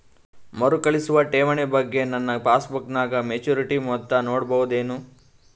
ಮರುಕಳಿಸುವ ಠೇವಣಿ ಬಗ್ಗೆ ನನ್ನ ಪಾಸ್ಬುಕ್ ನಾಗ ಮೆಚ್ಯೂರಿಟಿ ಮೊತ್ತ ನೋಡಬಹುದೆನು?